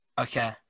okay